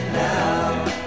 now